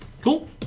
Cool